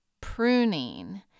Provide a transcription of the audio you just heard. pruning